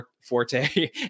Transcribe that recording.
forte